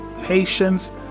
patience